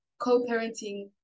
co-parenting